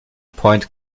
point